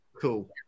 cool